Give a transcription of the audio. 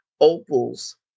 Opal's